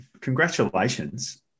congratulations